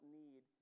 need